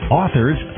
authors